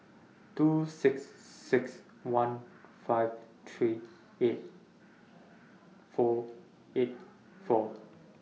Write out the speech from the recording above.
two six six one five three eight four eight four